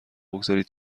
بگذارید